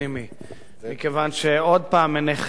מכיוון שעוד פעם, עיניכם טחו מראות,